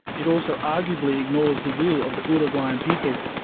it also arguably ignores the will of the uruguayan people.